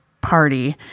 party